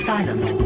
Silence